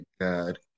God